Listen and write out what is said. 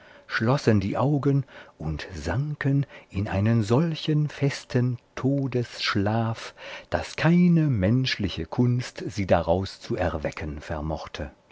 schlossen die augen und sanken in einen solchen festen todesschlaf daß keine menschliche kunst sie daraus zu erwecken vermochte